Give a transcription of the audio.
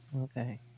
okay